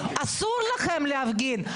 אסור לכם להפגין,